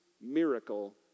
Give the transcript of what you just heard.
miracle